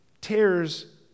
tears